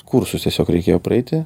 kursus tiesiog reikėjo praeiti